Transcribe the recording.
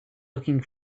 looking